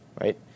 right